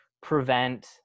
prevent